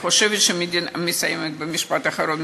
מסיימת במשפט אחרון.